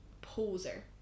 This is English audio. poser